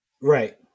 Right